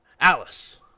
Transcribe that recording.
Alice